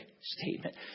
statement